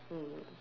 mm